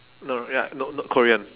no ya no no korean